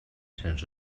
sens